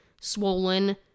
swollen